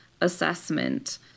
assessment